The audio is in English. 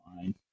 fine